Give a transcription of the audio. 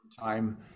time